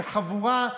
מחבורה,